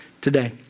today